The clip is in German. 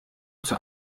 zur